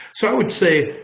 so i would say,